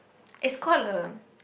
it's called a